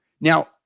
Now